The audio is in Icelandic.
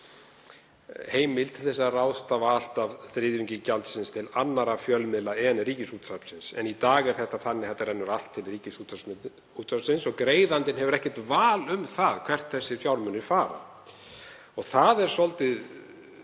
heimilt að ráðstafa allt að þriðjungi gjaldsins til annarra fjölmiðla en Ríkisútvarpsins. Í dag er þetta þannig að það rennur allt til Ríkisútvarpsins og greiðandinn hefur ekkert val um það hvert þessir fjármunir fara. Það er svolítið